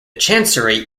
chancery